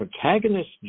protagonist